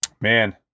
man